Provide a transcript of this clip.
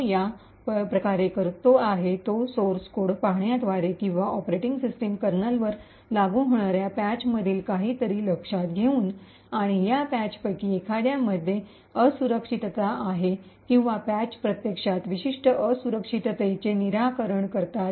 तो ज्या प्रकारे करतो आहे तो सोर्स कोड पाहण्याद्वारे किंवा ऑपरेटिंग सिस्टम कर्नलवर लागू होणार्या पॅचमधील काहीतरी लक्षात घेऊन आणि या पॅचपैकी एखाद्यामध्ये असुरक्षितता आहे किंवा पॅच प्रत्यक्षात विशिष्ट असुरक्षिततेचे निराकरण करतात